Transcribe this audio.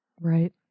Right